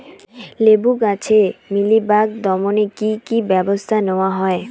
লেবু গাছে মিলিবাগ দমনে কী কী ব্যবস্থা নেওয়া হয়?